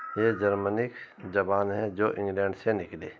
یہ جرمنی زبان ہے جو انگلینڈ سے نکلے